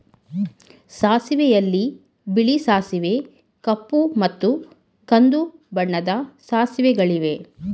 ಸಾಸಿವೆಯಲ್ಲಿ ಬಿಳಿ ಸಾಸಿವೆ ಕಪ್ಪು ಮತ್ತು ಕಂದು ಬಣ್ಣದ ಸಾಸಿವೆಗಳಿವೆ